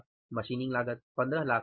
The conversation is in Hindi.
अतः मशीनिंग लागत 1500000 है